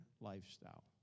lifestyle